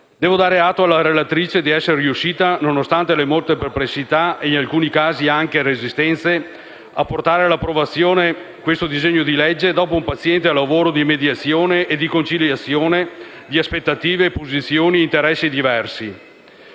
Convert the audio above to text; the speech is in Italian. Devo dare atto alla relatrice di essere riuscita, nonostante le molte perplessità ed in alcuni casi anche resistenze, a portare all'approvazione questo disegno di legge dopo un paziente lavoro di mediazione e di conciliazione di aspettative, posizioni e interessi diversi.